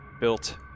Built